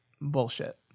bullshit